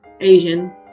Asian